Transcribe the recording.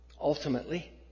Ultimately